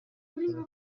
gukora